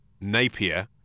Napier